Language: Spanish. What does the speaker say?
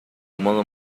modo